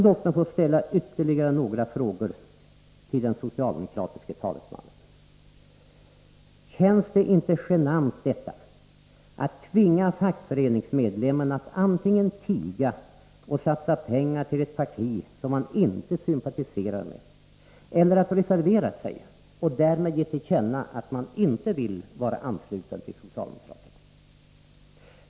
Låt mig få ställa ytterligare några frågor till den socialdemokratiske talesmannen: Känns det inte genant att tvinga fackföreningsmedlemmen att antingen tiga och satsa pengar till ett parti som man inte sympatiserar med eller reservera sig och därmed ge till känna att man inte vill vara ansluten till socialdemokraterna?